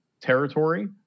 territory